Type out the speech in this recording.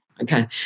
Okay